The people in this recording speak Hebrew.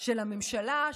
של הממשלה,